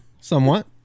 somewhat